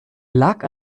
lag